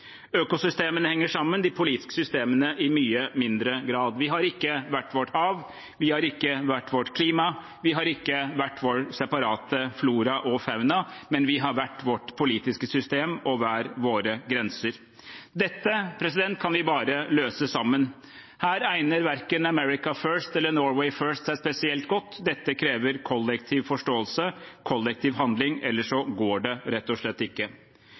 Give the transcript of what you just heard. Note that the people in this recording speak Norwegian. Økosystemene henger sammen. De politiske systemene gjør det i mye mindre grad. Vi har ikke hvert vårt hav, vi har ikke hvert vårt klima, vi har ikke hver vår separate flora og fauna, men vi har hvert vårt politiske system og hver våre grenser. Dette kan vi bare løse sammen. Her egner verken «America first» eller «Norway first» seg spesielt godt. Dette krever kollektiv forståelse og kollektiv handling, ellers går det rett og slett ikke.